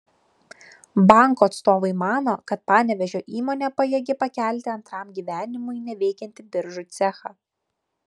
banko atstovai mano kad panevėžio įmonė pajėgi pakelti antram gyvenimui neveikiantį biržų cechą